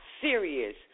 serious